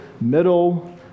middle